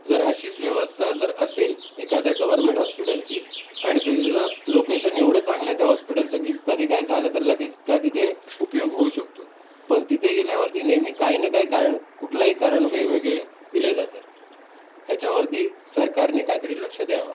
जर अशीच व्यवस्था जर असेल एखाद्या गव्हर्मेंट हॉस्पिटलची आणि त्याचं जर लोकेशन एवढं चांगलं आहे त्या हॉस्पिटलचं की कधी काही झालं तर लगेच काही तिथे उपयोग होऊ शकतो पण तिथे गेल्यावरती नेहमी काही ना काही कारण कुठलंही कारण वेगवेगळे दिले जातात ह्याच्यावरती सरकारने काहीतरी लक्ष द्यावं